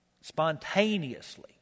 Spontaneously